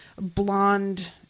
blonde